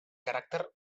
caràcter